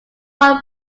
won